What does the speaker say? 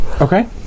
Okay